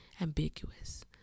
ambiguous